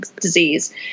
disease